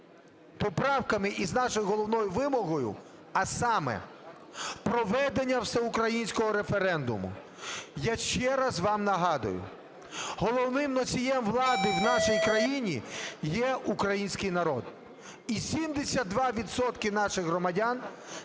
поправками і з нашою головною вимогою, а саме проведення всеукраїнського референдуму. Я ще раз вам нагадую, головним носієм влади в нашій країні є український народ. І 72 відсотки наших громадян